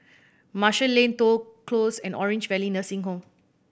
Marshall Lane Toh Close and Orange Valley Nursing Home